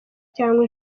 cyangwa